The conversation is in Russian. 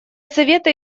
совета